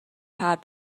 powered